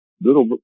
little